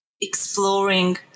exploring